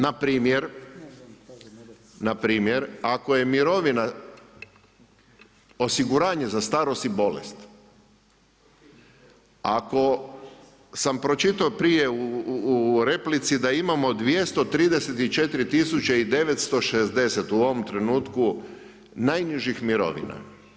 Na primjer ako je mirovina osiguranje za starost i bolest, ako sam pročitao prije u replici da imamo 234 tisuće i 960 u ovom trenutku najnižih mirovina.